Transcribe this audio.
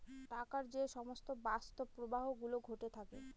টাকার যে সমস্ত বাস্তব প্রবাহ গুলো ঘটে থাকে